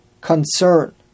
concern